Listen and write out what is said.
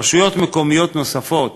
רשויות מקומיות נוספות